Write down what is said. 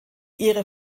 ihre